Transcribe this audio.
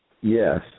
Yes